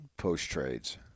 post-trades